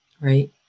right